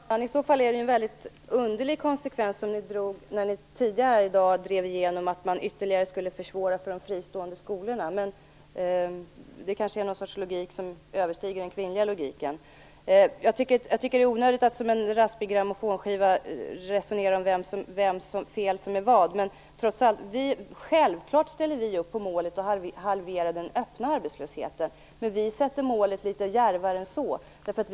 Herr talman! I så fall var det en väldigt underlig konsekvens när ni tidigare i dag drev igenom att försvåra ytterligare för de fristående skolorna. Det kanske är något slags logik som överstiger den kvinnliga logiken. Jag tycker att det är onödigt att som en raspig grammofonskiva resonera om vad som är vems fel. Självklart ställer vi upp på målet att halvera den öppna arbetslösheten. Vi sätter upp ett djärvare mål än så.